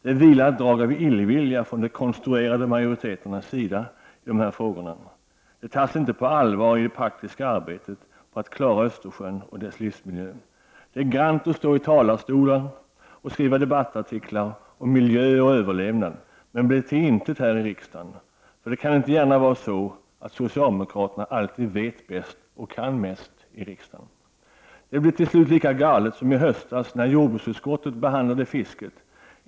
Det vilar ett drag av illvilja från de konstruerade majoriteternas sida i dessa frågor. Det tas inte på allvar i det praktiska arbetet att klara Östersjön och dess livsmiljö. Det är grant att stå i talarstolar och att skriva debattartiklar om miljö och överlevnad. Men det blir till intet här i riksdagen. För det kan inte gärna vara så att socialdemokrater alltid vet bäst och kan mest i riksdagen. Det blir till slut lika galet som i höstas när jordbruksutskottet behandlade fisket.